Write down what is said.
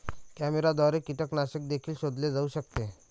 कॅमेऱ्याद्वारे कीटकनाशक देखील शोधले जाऊ शकते